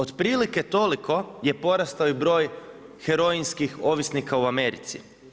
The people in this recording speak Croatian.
Otprilike toliko je porastao i broj heroinskih ovisnika u Americi.